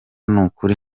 nukuri